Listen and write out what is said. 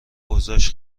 اوضاش